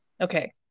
Okay